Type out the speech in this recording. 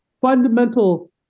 fundamental